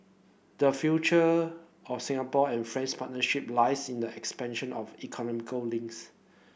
the future of Singapore and France partnership lies in the expansion of go links